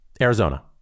Arizona